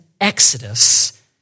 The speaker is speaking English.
Exodus